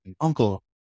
uncle